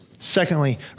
Secondly